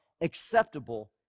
acceptable